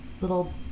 little